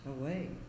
away